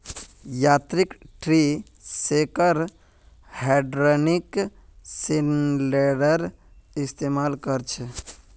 यांत्रिक tree shaker hydraulic सिलिंडरेर इस्तेमाल कर छे